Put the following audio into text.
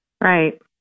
Right